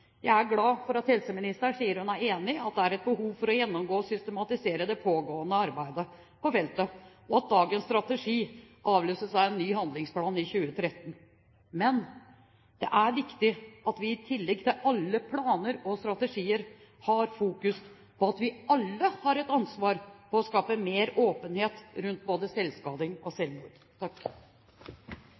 Jeg er glad for at helseministeren sier at hun er enig i at det er et behov for å gjennomgå og systematisere det pågående arbeidet på feltet, og at dagens strategi avløses av en ny handlingsplan i 2013. Men det er viktig at vi i tillegg til alle planer og strategier har fokus på at vi alle har et ansvar for å skape mer åpenhet rundt både selvskading og